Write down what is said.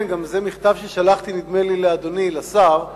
זה כתוב גם במכתב ששלחתי לאדוני, לשר,